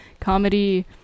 comedy